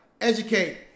Educate